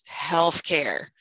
healthcare